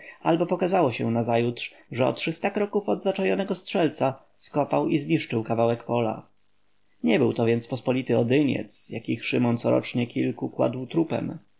albo pokazało się nazajutrz że o trzysta kroków od zaczajonego strzelca skopał i zniszczył kawałek pola nie był to więc pospolity odyniec jakich szymon corocznie kilku kładł trupem